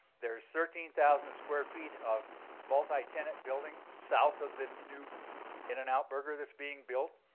there's thirteen thousand square feet of multi-tenant building south of the new in-n-out burger that's being built.